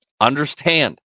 Understand